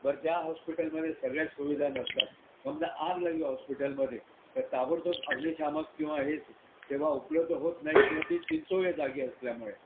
बरं त्या हॉस्पिटलमध्ये सगळ्या सुविधा नसतात समजा आग लागली हॉस्पिटलमध्ये तर ताबडतोब अग्निशामक किंवा हे सेवा उपलब्ध होत नाही किंवा ती चिंचोळ्या जागी असल्यामुळे